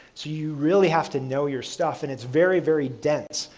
so, you really have to know your stuff and it's very very dense.